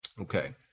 Okay